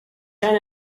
ten